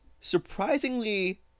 surprisingly